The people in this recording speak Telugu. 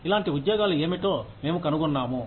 ఇలాంటి ఉద్యోగాలు ఏమిటో మేము కనుగొన్నాము